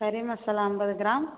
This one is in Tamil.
கறி மசாலா ஐம்பது கிராம்